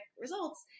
results